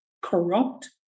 corrupt